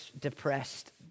depressed